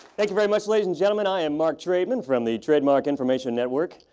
thank you very much, ladies and gentlemen. i am mark trademan from the trademark information network.